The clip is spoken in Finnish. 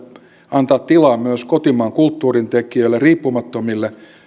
antaa tilaa myös kotimaan kulttuurin tekijöille riippumattomille